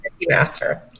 master